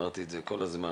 אמרתי את זה כל הזמן,